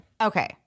Okay